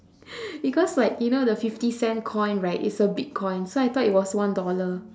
because like you know the fifty cent coin right is a big coin so I thought it was one dollar